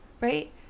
right